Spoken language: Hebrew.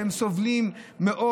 שהם סובלים מאוד.